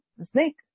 snake